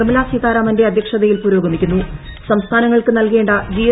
നിർമല സീതാരാമന്റെ അധ്യക്ഷത്യിൽ പുരോഗമിക്കുന്നു സംസ്ഥാനങ്ങൾക്ക് നൽക്ടേണ്ട ്ജി എ